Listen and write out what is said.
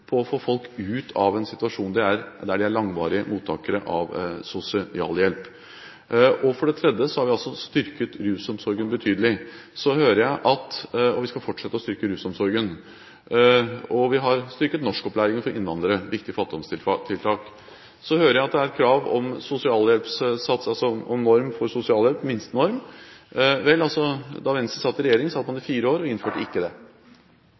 å få folk ut av en situasjon der de er langvarige mottakere av sosialhjelp. For det tredje har vi styrket rusomsorgen betydelig, og vi skal fortsette å styrke rusomsorgen. Og vi har styrket norskopplæringen for innvandrere, som er et viktig fattigdomstiltak. Så hører jeg at det er et krav om sosialhjelpssats, altså om en minstenorm for sosialhjelp. Vel, da Venstre satt i regjering, satt man i fire år, og man innførte ikke det.